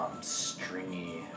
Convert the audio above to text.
stringy